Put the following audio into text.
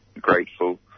grateful